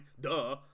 duh